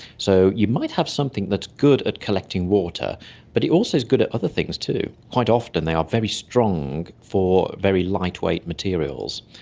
so you might have something that's good at collecting water but it also is good at other things too. quite often they are very strong for very lightweight materials,